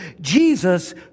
Jesus